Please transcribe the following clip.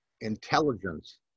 intelligence